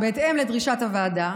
נציין שבהתאם לדרישת הוועדה,